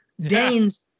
Danes